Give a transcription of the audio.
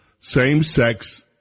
same-sex